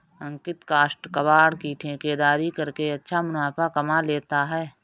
अंकित काष्ठ कबाड़ की ठेकेदारी करके अच्छा मुनाफा कमा लेता है